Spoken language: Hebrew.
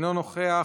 אינו נוכח,